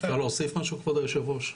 אפשר להוסיף משהו, כבוד היושב-ראש?